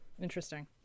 Interesting